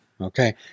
Okay